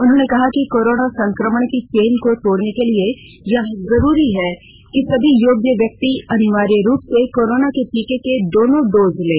उन्होंने कहा कि कोरोना संक्रमण के चेन को तोड़ने के लिए यह बहुत जरूरी है कि सभी योग्य व्यक्ति अनिवार्य रूप से कोरोना के टीके का दोनों दोज लें